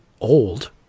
old